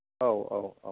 औ औ औ